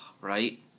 right